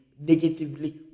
negatively